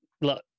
look